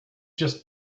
just